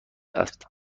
است